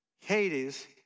Hades